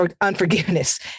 unforgiveness